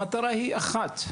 המטרה היא אחת,